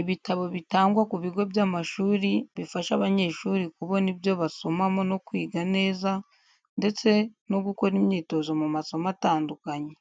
Ibitabo bitangwa ku bigo by’amashuri bifasha abanyeshuri kubona ibyo basomamo no kwiga neza, ndetse no gukora imyitozo mu masomo atandukanye.